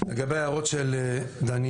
לגבי ההערות של דניאל,